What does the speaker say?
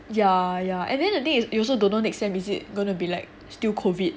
yeah yeah and then the thing is you also don't know next semester is it going to be like still COVID